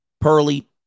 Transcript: Pearly